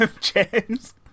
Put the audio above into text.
James